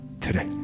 today